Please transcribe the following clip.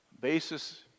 Basis